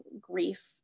grief